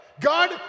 God